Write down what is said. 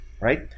right